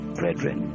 brethren